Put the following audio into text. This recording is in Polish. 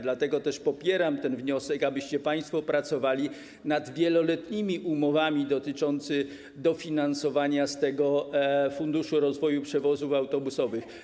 Dlatego też popieram ten wniosek, abyście państwo pracowali nad wieloletnimi umowami dotyczącymi dofinansowania z Funduszu rozwoju przewozów autobusowych.